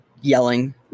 yelling